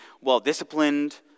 well-disciplined